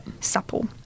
supple